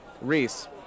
Reese